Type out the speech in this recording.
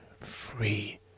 free